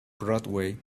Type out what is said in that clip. broadway